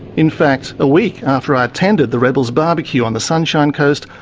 in fact, a week after i attended the rebels barbecue on the sunshine coast,